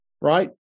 right